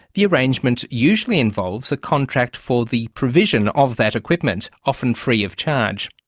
the arrangement usually involves a contract for the provision of that equipment, often free of charge.